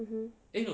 mmhmm